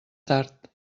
tard